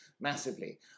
massively